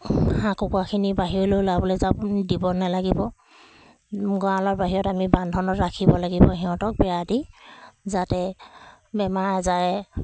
হাঁহ কুকুৰাখিনি বাহিৰলৈ ওলাবলৈ যা দিব নালাগিব গঁড়ালৰ বাহিৰত আমি বান্ধোনত ৰাখিব লাগিব সিহঁতক বেৰা দি যাতে বেমাৰ আজাৰে